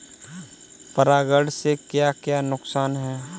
परागण से क्या क्या नुकसान हैं?